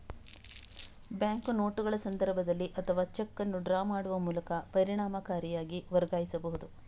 bank ನೋಟುಗಳ ಸಂದರ್ಭದಲ್ಲಿ ಅಥವಾ ಚೆಕ್ ಅನ್ನು ಡ್ರಾ ಮಾಡುವ ಮೂಲಕ ಪರಿಣಾಮಕಾರಿಯಾಗಿ ವರ್ಗಾಯಿಸಬಹುದು